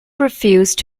refused